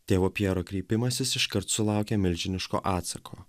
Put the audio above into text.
tėvo pjero kreipimasis iškart sulaukė milžiniško atsako